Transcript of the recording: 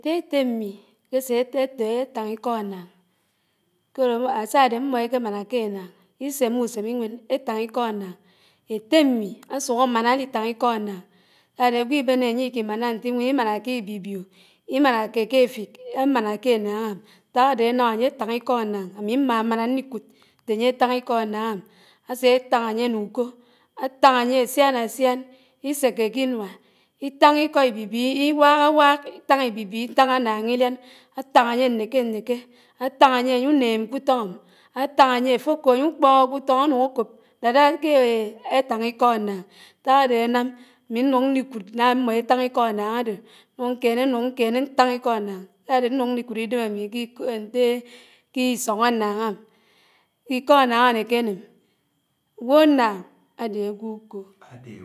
Éttè-été mmi àtáñ íkò ánááñ, kòrò, sádé ámmò ékémáná ké ánááñ, ísèmè úsém ìwén, étán̄ íkó ánááñ. Éttèmi ásúk ámáná áli táñ íkò ánááñ sádé ágwó ibéné ányé ikimán ántiwén, imánáké k'ibibió, ímánéké k'éfik ámáná ké ánááñm, ñták ádé ánám ányé átáñ íkó ánáán, ámi mmámáná ñnikúd ñté ányé tán̄ ikò ánááñm, ásé átáñ ányé nú úkó, átáñ ásián ásián, isékék'inúá, itáná ikó ibibió, iwákáwák, itáñ ibibió itán ánáán ilián, átáñ ányé ñnété m̃été, átán̄ áyúnéém k'ùtóñm, átáñ ányé áfó kób ányúkpóhó k'úfón̄, ánúñ ákób dát étáñ ikó ánááñ, ñták ádénám ámi ñnúñ ñnikúd ná mmó etáñ étáñ ikó ánááñ ádó, ñnúñ ñkéné, ñnúñ ñkéné ñtán ikó ánááñ sádé ñnùñ ñnikúd ídém ámi kisóñ ánááñm, íkó ánááñ ánéké ánéké áném, ágwó ánáán ádé ágwó úkó